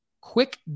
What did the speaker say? quick